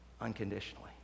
unconditionally